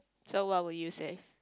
so what would you say